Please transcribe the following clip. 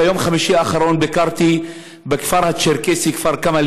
ביום חמישי האחרון ביקרתי בכפר הצ'רקסי כפר-כמא,